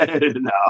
no